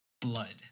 blood